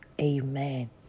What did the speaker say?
Amen